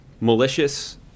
malicious